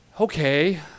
Okay